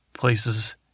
places